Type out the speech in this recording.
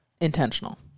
intentional